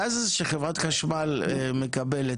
הגז הזה שחברת חשמל מקבלת,